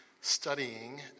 studying